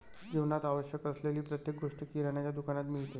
जीवनात आवश्यक असलेली प्रत्येक गोष्ट किराण्याच्या दुकानात मिळते